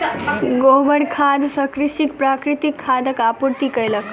गोबर खाद सॅ कृषक प्राकृतिक खादक आपूर्ति कयलक